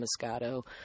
Moscato